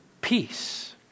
peace